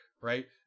right